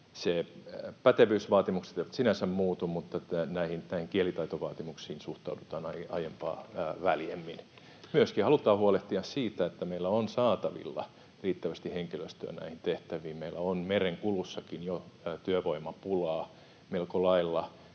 pätevyysvaatimukset eivät sinänsä muutu, mutta näihin kielitaitovaatimuksiin suhtaudutaan ainakin aiempaa väljemmin. Myöskin halutaan huolehtia siitä, että meillä on saatavilla riittävästi henkilöstöä näihin tehtäviin. Meillä on merenkulussakin jo työvoimapulaa melko lailla